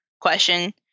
question